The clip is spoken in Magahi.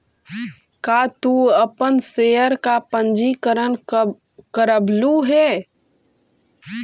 का तू अपन शेयर का पंजीकरण करवलु हे